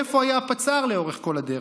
איפה היה הפצ"ר לאורך כל הדרך?